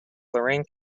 lorraine